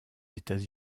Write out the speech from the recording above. états